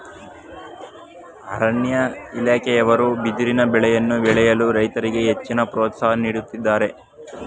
ಅರಣ್ಯ ಇಲಾಖೆಯವರು ಬಿದಿರಿನ ಬೆಳೆಯನ್ನು ಬೆಳೆಯಲು ರೈತರಿಗೆ ಹೆಚ್ಚಿನ ಪ್ರೋತ್ಸಾಹ ನೀಡುತ್ತಿದ್ದಾರೆ